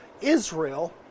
Israel